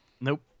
Nope